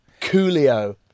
Coolio